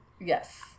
Yes